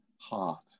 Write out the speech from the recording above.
heart